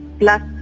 plus